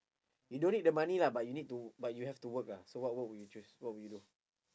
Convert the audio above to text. you don't need the money lah but you need to but you have to work lah so what work would you choose what would you do